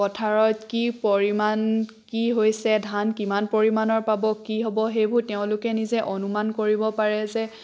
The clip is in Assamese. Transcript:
পথাৰত কি পৰিমাণ কি হৈছে ধান কিমান পৰিমাণৰ পাব কি হ'ব সেইবোৰ তেওঁলোকে নিজে অনুমান কৰিব পাৰে যে